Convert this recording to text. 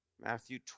Matthew